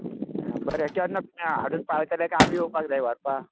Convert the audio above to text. हां बरें तर केन्ना तुमी हाडून पावयतले कांय आमी येवपाक जाय व्हरपा